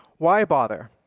why bother?